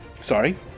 Sorry